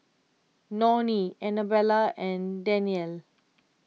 Nonie Anabelle and Danyell